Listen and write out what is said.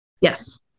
Yes